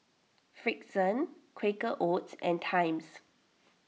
Frixion Quaker Oats and Times